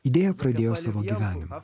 idėja pradėjo savo gyvenimą